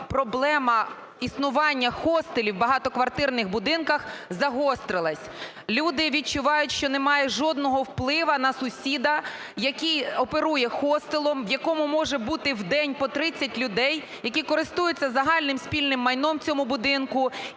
проблема існування хостелів в багатоквартирних будинках загострилась. Люди відчувають, що немає жодного впливу на сусіда, який оперує хостелом, в якому може бути в день по 30 людей, який користується загальним спільним майном в цьому будинку,